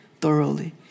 thoroughly